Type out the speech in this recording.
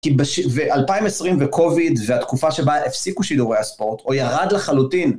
כי ב-2020 וקוביד והתקופה שבה הפסיקו שידורי הספורט, או ירד לחלוטין.